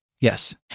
Yes